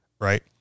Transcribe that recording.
Right